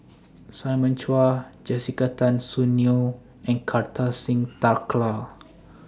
Simon Chua Jessica Tan Soon Neo and Kartar Singh Thakral